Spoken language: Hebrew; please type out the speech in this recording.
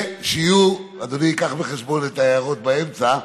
אדוני ייקח בחשבון את ההערות באמצע.